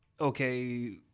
okay